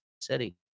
City